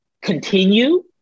continue